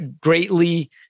greatly